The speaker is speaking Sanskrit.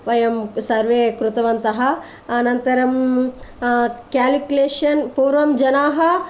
वयं सर्वे कृतवन्तः अनन्तरं क्याल्क्कुलेशन् पूर्वं जनाः